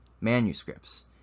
manuscripts